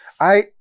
I-